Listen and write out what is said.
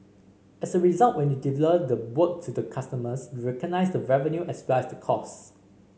as a result when you deliver the work to the customers you recognise the revenue as well the cost